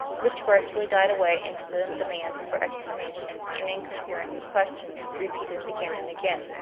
which gradually died away into demands for explanation and incoherent questions repeated again and again.